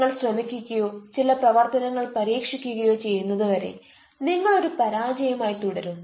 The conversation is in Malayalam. നിങ്ങൾ ശ്രമിക്കുകയോ ചില പ്രവർത്തനങ്ങൾ പരീക്ഷിക്കുകയോ ചെയ്യുന്നതുവരെ നിങ്ങൾ ഒരു പരാജയമായി തുടരും